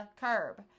curb